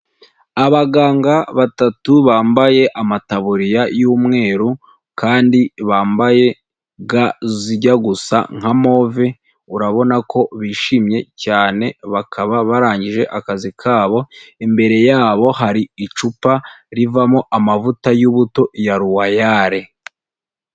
Abaganga batatu bambaye amatabuririya y'umweru kandi bambaye ga zijya gusa nka move, urabona ko bishimye cyane bakaba barangije akazi kabo, imbere yabo hari icupa rivamo amavuta y'ubuto ya ruwayare.